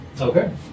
Okay